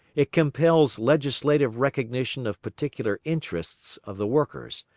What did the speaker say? it compels legislative recognition of particular interests of the workers,